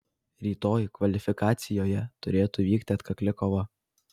rytoj kvalifikacijoje turėtų vykti atkakli kova